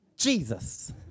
Jesus